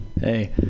Hey